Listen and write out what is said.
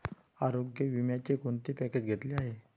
आरोग्य विम्याचे कोणते पॅकेज घेतले आहे?